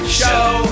show